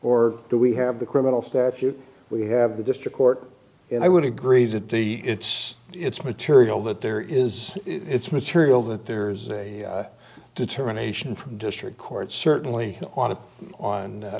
or do we have the criminal statute we have the district court and i would agree that the it's it's material that there is it's material that there is a determination from district court certainly on